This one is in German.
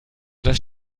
das